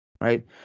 right